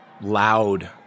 loud